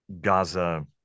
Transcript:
Gaza